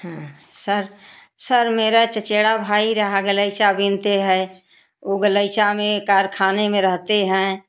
हाँ sir sir मेरा चचेरा भाई रहा गलीचा बुनते है वो बलइचा में कारखाने में रहते हैं